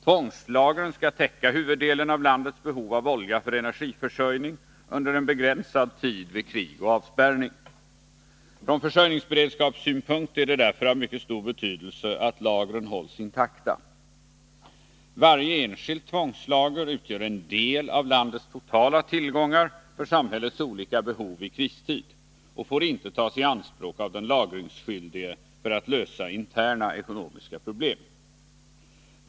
Tvångslagren skall täcka huvuddelen av landets behov av olja för energiförsörjning under en begränsad tid vid krig och avspärrning. Från försörjningsberedskapssynpunkt är det därför av mycket stor betydelse att lagren hålls intakta. Varje enskilt tvångslager utgör en del av landets totala tillgångar för samhällets olika behov i kristid och får inte tas i anspråk av den lagringsskyldige för att lösa interna ekonomiska problem.